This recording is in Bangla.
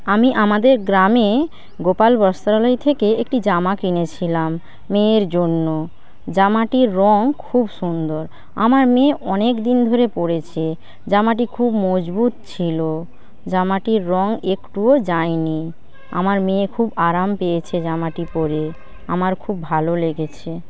আমি আমাদের গ্রামে গোপাল বস্ত্রালয় থেকে একটি জামা কিনেছিলাম মেয়ের জন্য জামাটির রং খুব সুন্দর আমার মেয়ে অনেকদিন ধরে পরেছে জামাটি খুব মজবুত ছিল জামাটির রং একটুও যায়নি আমার মেয়ে খুব আরাম পেয়েছে জামাটি পরে আমার খুব ভালো লেগেছে